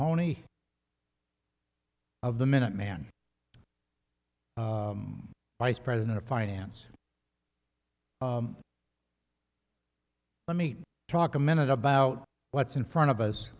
hony of the minuteman vice president of finance let me talk a minute about what's in front of us